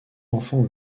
enfants